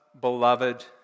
beloved